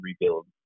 rebuild